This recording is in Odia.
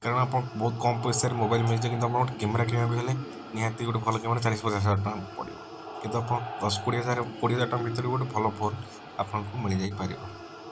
କାରଣ ଆପଣ ବହୁତ କମ ପଇସାରେ ମୋବାଇଲ ମିଳୁଛି କିନ୍ତୁ ଆପଣଙ୍କୁ କ୍ୟାମେରା କିଣିବାକୁ ହେଲେ ନିହାତି ଗୋଟେ ଭଲ କ୍ୟାମେରା ଚାଳିଶ ପଚାଶ ହଜାର ଟଙ୍କା ପଡ଼ିବ କିନ୍ତୁ ଆପଣ ଦଶ କୋଡ଼ିଏ ହଜାର କୋଡ଼ିଏ ହଜାର ଟଙ୍କା ଭିତରେ ଗୋଟେ ଭଲ ଫୋନ ଆପଣଙ୍କୁ ମିଳିଯାଇ ପାରିବ